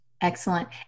Excellent